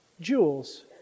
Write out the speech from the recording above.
Jewels